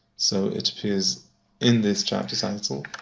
so it appears in this chapter title